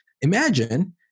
Imagine